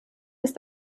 ist